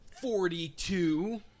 Forty-two